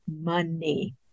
money